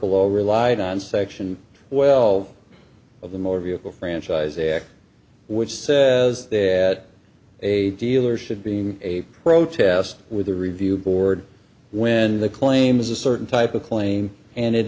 below relied on section well of the motor vehicle franchise act which says that a dealer should be in a protest with a review board when the claim is a certain type of claim and it